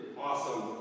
awesome